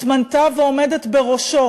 התמנתה ועומדת בראשו